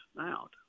out